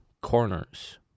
corners